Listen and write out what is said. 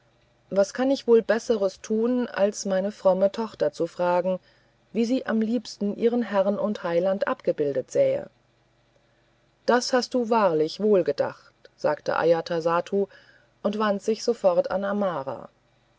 was kann ich wohl besseres tun als meine fromme tochter zu fragen wie sie am liebsten ihren herrn und heiland abgebildet sähe das hast du wahrlich wohl bedacht sagte ajatasattu und wandte sich sofort an amara